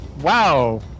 Wow